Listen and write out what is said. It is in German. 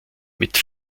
mit